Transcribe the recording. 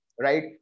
right